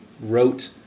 wrote